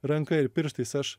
ranka ir pirštais aš